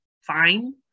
fine